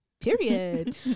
period